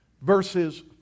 Verses